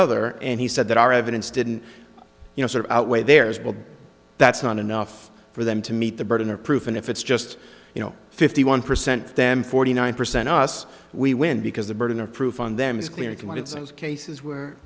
other and he said that our evidence didn't you know sort of outweigh theirs but that's not enough for them to meet the burden of proof and if it's just you know fifty one percent them forty nine percent of us we win because the burden of proof on them is clear if you wanted some cases where